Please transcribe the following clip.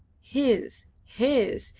his! his!